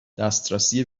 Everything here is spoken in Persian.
دسترسی